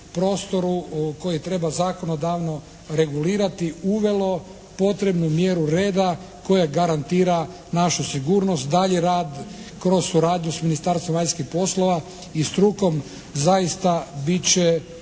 koji treba zakonodavno regulirati uvelo potrebnu mjeru reda koja garantira našu sigurnost, dalji rad kroz suradnju s Ministarstvom vanjskih poslova i strukom zaista bit će